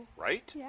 right? yeah